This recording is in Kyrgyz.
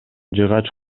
жыгач